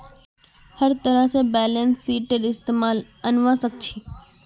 हर तरह से बैलेंस शीटक इस्तेमालत अनवा सक छी